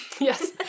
Yes